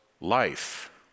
life